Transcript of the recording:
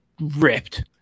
ripped